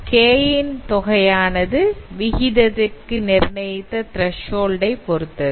K ன் தொகையானது வீகிதத்திற்கு நிர்ணயித்த திரஷ் ஹோல்ட் பொறுத்தது